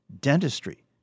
dentistry